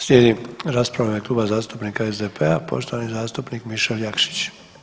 Slijedi rasprava u ime Kluba zastupnika SDP-a, poštovani zastupnik Mišel Jakšić.